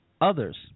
others